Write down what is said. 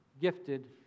gifted